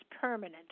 permanent